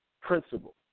principle